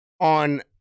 on